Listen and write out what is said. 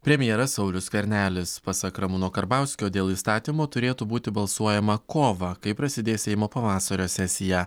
premjeras saulius skvernelis pasak ramūno karbauskio dėl įstatymo turėtų būti balsuojama kovą kai prasidės seimo pavasario sesija